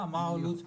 מה העלות?